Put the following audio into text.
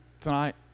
tonight